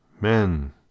Men